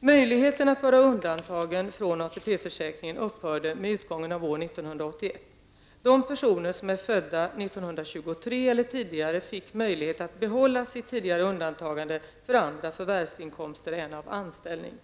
De personer som är födda år 1923 eller tidigare fick möjlighet att behålla sitt tidigare undantagande för andra förvärvsinkomster än av anställning.